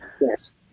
Yes